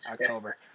October